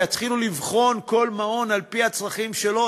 ויתחילו לבחון כל מעון על-פי הצרכים שלו,